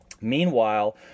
Meanwhile